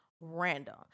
random